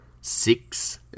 Six